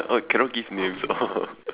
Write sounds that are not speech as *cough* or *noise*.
oh cannot give names oh *laughs*